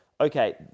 okay